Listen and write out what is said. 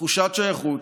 בתחושת שייכות,